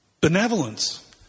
Benevolence